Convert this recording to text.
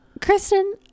kristen